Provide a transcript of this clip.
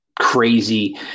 crazy